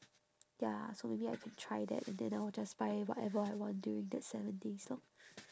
ya so maybe I can try that and then I will just buy whatever I want during that seven days lor